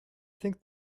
think